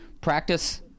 practice